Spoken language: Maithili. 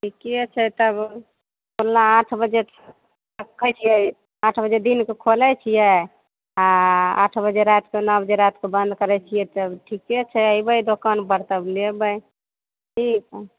ठीके छै तब खुला आठ बजे रक्खै छियै आठ बजे दिन कऽ खोलै छियै आ आठ बजे राति कऽ नओ बजे राति कऽ बन्द करै छियै तब ठीके छै अयबै दोकान पर तब लेबै ठीक हय